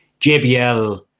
JBL